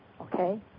Okay